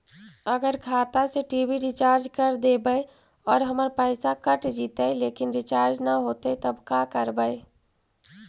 अगर खाता से टी.वी रिचार्ज कर देबै और हमर पैसा कट जितै लेकिन रिचार्ज न होतै तब का करबइ?